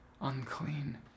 unclean